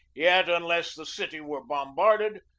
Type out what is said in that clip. yet, unless the city were bombarded,